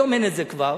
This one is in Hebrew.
היום כבר